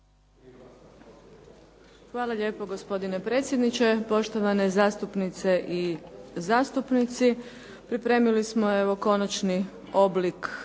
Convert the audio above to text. Hvala lijepo gospodine predsjedniče, poštovane zastupnice i zastupnici. Pripremili smo evo konačni oblik